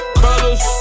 colors